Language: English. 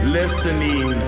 listening